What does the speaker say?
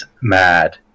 mad